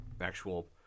actual